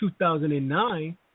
2009